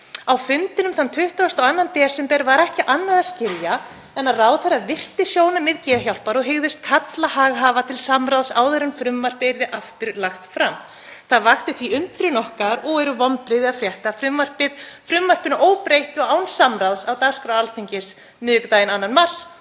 „Á fundinum þann 22. desember var ekki annað að skilja en að ráðherra virti sjónarmið Geðhjálpar og hygðist kalla haghafa til samráðs áður en frumvarpið yrði aftur lagt fram. Það vakti því undrun okkar og eru vonbrigði að frétta af frumvarpinu óbreyttu og án samráðs á dagskrá Alþingis miðvikudaginn 2. mars